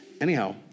anyhow